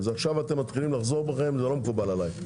עכשיו אתם מתחילים לחזור בכם ולא מקובל עליי.